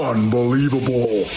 Unbelievable